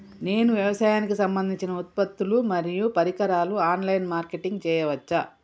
నేను వ్యవసాయానికి సంబంధించిన ఉత్పత్తులు మరియు పరికరాలు ఆన్ లైన్ మార్కెటింగ్ చేయచ్చా?